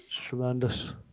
Tremendous